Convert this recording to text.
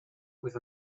with